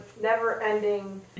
never-ending